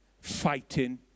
fighting